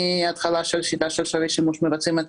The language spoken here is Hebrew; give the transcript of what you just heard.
מהתחלת השיטה של שווי שימוש אנו מבצעים את